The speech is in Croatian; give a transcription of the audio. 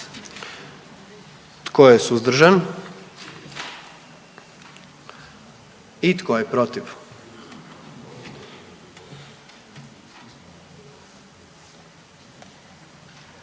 Tko je suzdržan? I tko je protiv?